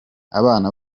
abana